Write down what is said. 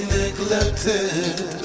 neglected